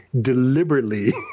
deliberately